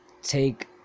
take